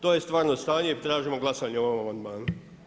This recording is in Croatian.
To je stvarno stanje i tražimo glasanje o ovom amandmanu.